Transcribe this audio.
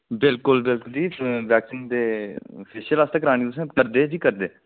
बिल्कुल बिल्कुल जी वैक्सिंग दे फेशिअल आस्तै करानी तुसें करदे जी करदे